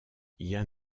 jan